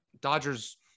Dodgers